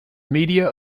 media